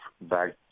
back